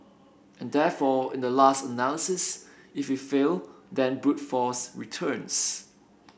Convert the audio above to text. and therefore in the last analysis if we fail then brute force returns